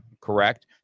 correct